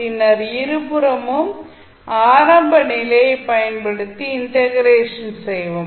பின்னர் இருபுறமும் ஆரம்ப நிலையை பயன்படுத்தி இன்டக்ரேஷன் செய்யவும்